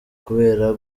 kubera